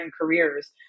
careers